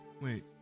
wait